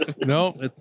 No